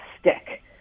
stick